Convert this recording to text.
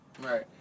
Right